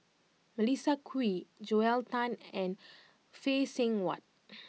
Melissa Kwee Joel Tan and Phay Seng Whatt